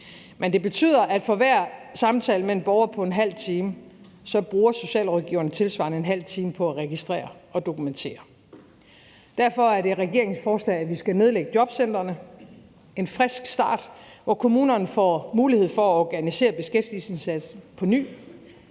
Men det betyder, at for hver samtale med en borger på en halv time bruger en socialrådgiver tilsvarende en halv time på at registrere og dokumentere det. Derfor er det regeringens forslag, at vi skal nedlægge jobcentrene og få en frisk start, hvor kommunerne får mulighed for at organisere beskæftigelsesindsatsen på ny.